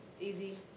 easy